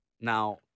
Now